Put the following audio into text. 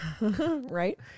Right